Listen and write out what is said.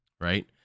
Right